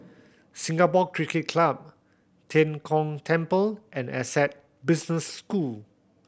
Singapore Cricket Club Tian Kong Temple and Essec Business School